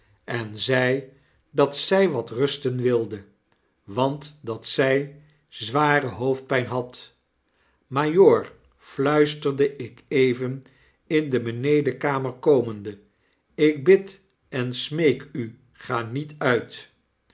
en zei dat zy wat rusten wilde want dat zy zware hoofdpyn had majoor fluisterde ik even in de benedenkamer komende ik bid en smeek u ga niet uit